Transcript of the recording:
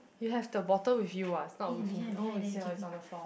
you have the bottle with you [what] it's not with me oh it's here it's on the floor